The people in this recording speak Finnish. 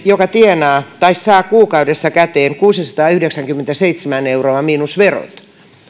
joka saa kuukaudessa kuusisataayhdeksänkymmentäseitsemän euroa miinus verot